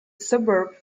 suburb